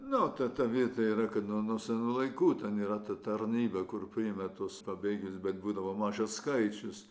nu ta vieta yra kad nuo senų laikų ten yra ta tarnyba kur priima tuos pabėgėlius bet būdavo mažas skaičius